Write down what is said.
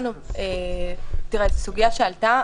זאת סוגיה שעלתה,